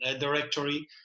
directory